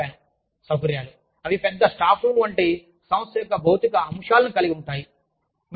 నేను మీకు చెప్పాను సౌకర్యాలు అవి పెద్ద స్టాఫ్ రూమ్ వంటి సంస్థ యొక్క భౌతిక అంశాలను కలిగి ఉంటాయి